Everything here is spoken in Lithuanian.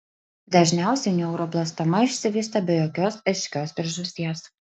dažniausiai neuroblastoma išsivysto be jokios aiškios priežasties